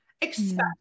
Expect